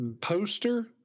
poster